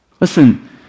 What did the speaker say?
Listen